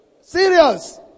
Serious